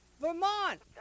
Vermont